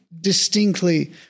distinctly